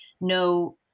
no